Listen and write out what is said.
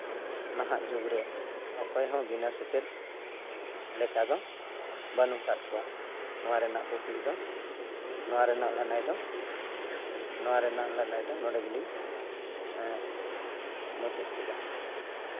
ᱱᱟᱦᱟᱜ ᱡᱩᱜᱽᱨᱮ ᱚᱠᱚᱭᱦᱚᱸ ᱵᱤᱱᱟᱹ ᱥᱮᱪᱮᱫ ᱞᱮᱠᱟᱫᱚ ᱵᱟᱹᱱᱩᱜ ᱠᱟᱫ ᱠᱚᱣᱟ ᱱᱚᱣᱟ ᱨᱮᱱᱟᱜ ᱠᱩᱠᱞᱤᱫᱚ ᱱᱚᱣᱟ ᱨᱮᱱᱟᱜ ᱞᱟᱹᱱᱟᱹᱭᱫᱚ ᱱᱚᱣᱟ ᱨᱮᱱᱟᱜ ᱞᱟᱹᱱᱟᱹᱭ ᱫᱚ ᱱᱚᱸᱰᱮ ᱜᱮᱞᱤᱧ ᱢᱩᱪᱟᱹᱫ ᱠᱮᱫᱟ